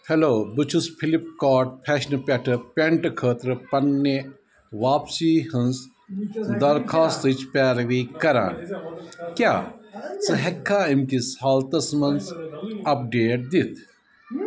hello بہٕ چھُس Flipkart فیشنہٕ پٮ۪ٹھٕ پینٹ خٲطرٕ پنٛنہِ واپسی ہنٛز درخواستٕچ پیروی کران کیٛاہ ژٕ ہٮ۪ککھا اَمہِ کِس حالتس منٛز اَپڈیٹ دِتھ